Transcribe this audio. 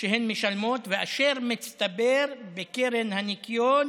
שהן משלמות ואשר הצטבר בקרן הניקיון